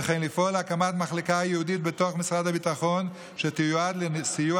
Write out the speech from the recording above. וכן לפעול להקמת מחלקה ייעודית בתוך משרד הביטחון שתיועד לסיוע